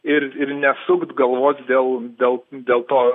ir ir nesukt galvos dėl dėl dėl to